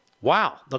Wow